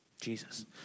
Jesus